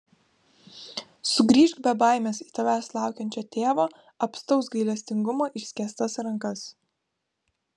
sugrįžk be baimės į tavęs laukiančio tėvo apstaus gailestingumo išskėstas rankas